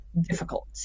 difficult